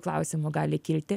klausimų gali kilti